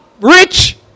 rich